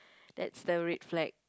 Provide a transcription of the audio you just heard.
that's the red flag